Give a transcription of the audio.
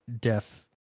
deaf